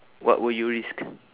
what would you risk